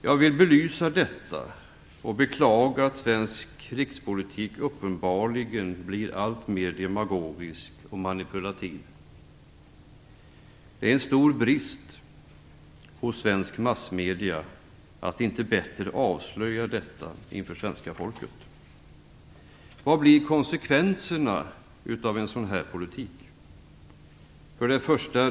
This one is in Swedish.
Jag vill belysa detta och beklaga att svensk rikspolitik uppenbarligen blir alltmer demagogisk och manipulativ. Det är en stor brist hos svenska massmedier att inte bättre avslöja detta inför svenska folket. Vilka blir konsekvenserna av en sådan politik? 1.